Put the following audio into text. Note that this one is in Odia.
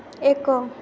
ଏକ